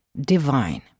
Divine